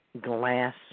glass